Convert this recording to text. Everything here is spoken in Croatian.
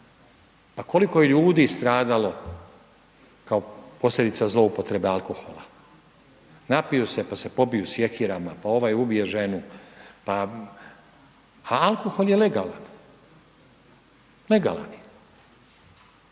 A koliko je ljudi stradalo kao posljedica zloupotrebe alkohola? Napiju se pa se pobiju sjekirama, pa ovaj ubije ženu, pa, a alkohol je legalan, legalan.